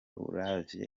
uravye